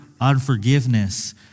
unforgiveness